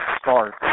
start